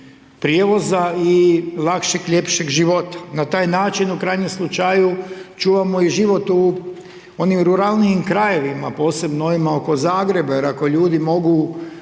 prijevoza i lakšeg, ljepšeg života. Na taj način, u krajnjem slučaju, čuvamo i život u onim ruralnijim krajevima, posebno onima oko Zagreba, jer ako ljudi mogu